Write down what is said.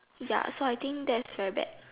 ya so I think that's very bad